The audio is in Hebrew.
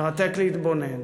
מרתק להתבונן.